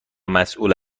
مسئول